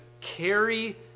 carry